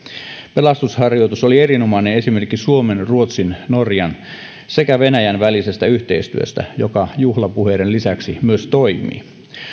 pelastusharjoitus oli erinomainen esimerkki suomen ruotsin norjan sekä venäjän välisestä yhteistyöstä joka juhlapuheiden lisäksi myös toimii